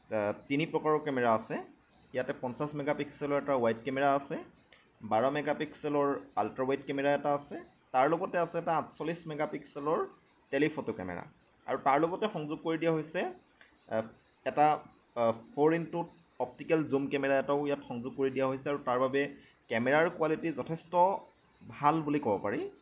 তিনি প্ৰকাৰৰ কেমেৰা আছে ইয়াতে পঞ্চাছ মেগা পিক্সেলৰ এটা ৱাইড কেমেৰা আছে বাৰ মেগা পিক্সেলৰ আলট্ৰা ৱাইড কেমেৰা এটা আছে তাৰ লগতে আছে এটা আঠচল্লিছ মেগা পিক্সেলৰ টেলী ফটো কেমেৰা আৰু তাৰ লগতে সংযোগ কৰি দিয়া হৈছে এটা four into optical zoom camera এটাও ইয়াত সংযোগ কৰি দিয়া হৈছে আৰু তাৰবাবে কেমেৰাৰ কোৱালিটী যথেষ্ট ভাল বুলি ক'ব পাৰি